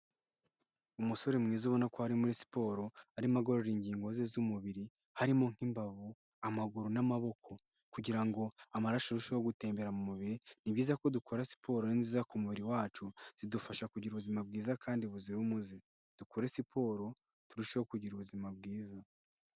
Umusore mwiza ubona ko ari muri siporo, arimo agorora ingingo ze z'umubiri harimo nk'imbavu, amaguru n'amaboko kugira ngo amaraso arusheho gutembera mu mubiri, ni byiza ko dukora siporo ni nziza ku mubiri wacu, zidufasha kugira ubuzima bwiza kandi buzira umuze, dukore siporo turusheho kugira ubuzima bwiza.